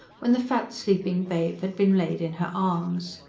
when the fat, sleeping babe had been laid in her arms.